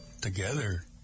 together